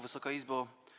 Wysoka Izbo!